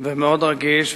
ומאוד רגיש,